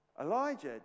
Elijah